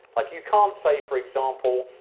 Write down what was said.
like you can't say for example,